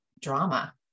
drama